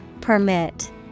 Permit